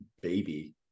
baby